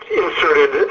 inserted